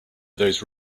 those